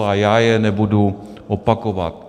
A já je nebudu opakovat.